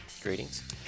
Greetings